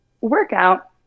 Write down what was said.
workout